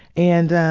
and